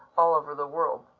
all over the world.